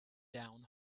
down